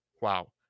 Wow